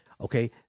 okay